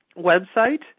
website